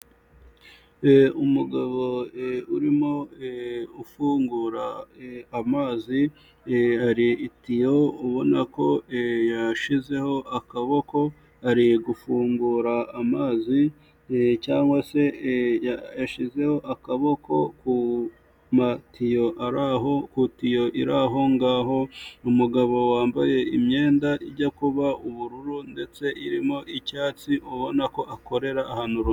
Umugabo urimo ufungura amazi, hari itiyo ubona ko yashizeho akaboko, ari gufungura amazi cyangwa se yashyizeho akaboko ku matiyo araho kutiyo iriraho ngaho, umugabo wambaye imyenda ijya kuba ubururu ndetse irimo icyatsi ubona ko akorera ahantu.